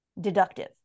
deductive